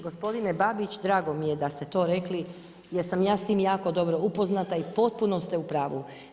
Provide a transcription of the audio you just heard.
Gospodine Babić drago mi je da ste to rekli jer sam ja s tim jako dobro upoznata i potpuno ste u pravu.